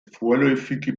vorläufige